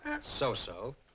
So-so